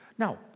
Now